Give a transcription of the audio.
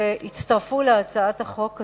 שהצטרפו להצעת החוק הזאת.